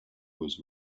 was